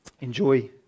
enjoy